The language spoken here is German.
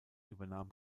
übernahm